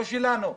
לא שלנו.